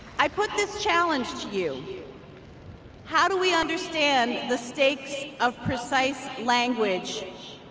i put this challenge to you how do we understand the stakes of precise language?